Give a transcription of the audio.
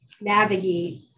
navigate